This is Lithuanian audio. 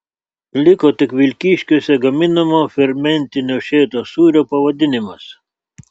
liko tik vilkyškiuose gaminamo fermentinio šėtos sūrio pavadinimas